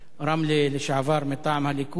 רמלה לשעבר מטעם הליכוד,